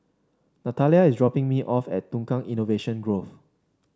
Natalya is dropping me off at Tukang Innovation Grove